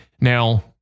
Now